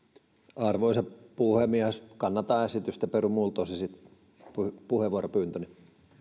arvoisa puhemies kannatan esitystä perun muilta osin puheenvuoropyyntöni